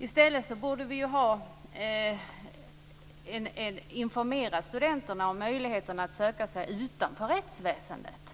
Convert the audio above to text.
I stället borde vi informera studenterna om möjligheterna att söka sig utanför rättsväsendet.